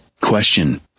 Question